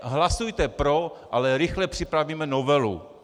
Hlasujte pro, ale rychle připravíme novelu.